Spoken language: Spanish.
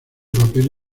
papel